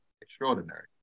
extraordinary